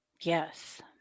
Yes